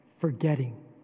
forgetting